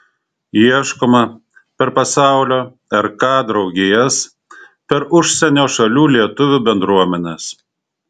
ieškoma per pasaulio rk draugijas per užsienio šalių lietuvių bendruomenes